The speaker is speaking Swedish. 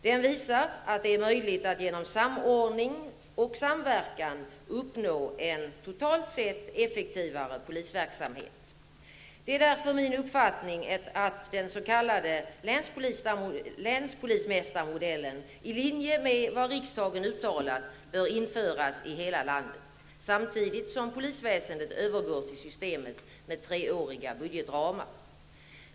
Den visar att det är möjligt att genom samordning och samverkan uppnå en totalt sett effektivare polisverksamhet. Det är därför min uppfattning att den s.k. länspolismästarmodellen, i linje med vad riksdagen uttalat, bör införas i hela landet, samtidigt som polisväsendet övergår till systemet med treåriga budgetramar.